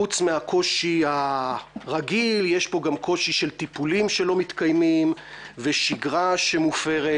חוץ מהקושי הרגיל יש פה גם קושי של טיפולים שלא מתקיימים ושגרה שמופרת.